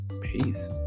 Peace